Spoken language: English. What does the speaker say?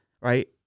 right